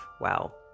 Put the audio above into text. Wow